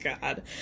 God